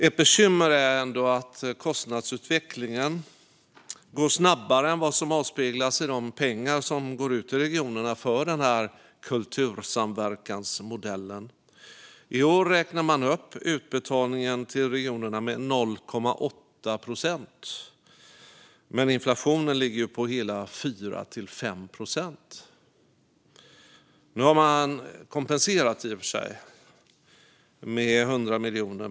Ett bekymmer är ändå att kostnadsutvecklingen går snabbare än vad som avspeglas i de pengar som går ut till regionerna för kultursamverkansmodellen. I år räknar man upp utbetalningen till regionerna med 0,8 procent. Men inflationen ligger på hela 4-5 procent. Nu har man i och för sig kompenserat med 100 miljoner.